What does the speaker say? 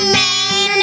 Man